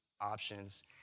options